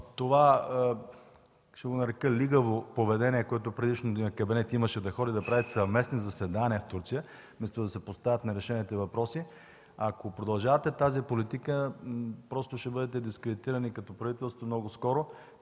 това – ще го нарека лигаво поведение, което предишният кабинет имаше – да ходи да прави съвместни заседания в Турция, вместо да се поставят нерешените въпроси, ако продължавате тази политика, много скоро ще бъдете дискредитирани като правителство, тъй като